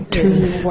truth